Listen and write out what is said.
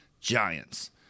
giants